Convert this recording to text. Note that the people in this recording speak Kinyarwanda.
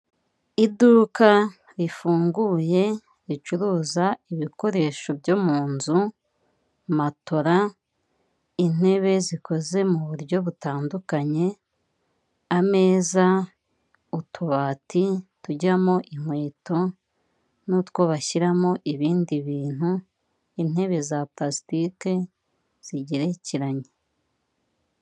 Iduka rifunguye ricuruza ibikoresho byo mu nzu, matora, intebe zikoze mu buryo butandukanye, ameza, utubati, tujyamo inkweto n'utwo bashyiramo ibindi bintu, intebe za purasitike zigerekeranye.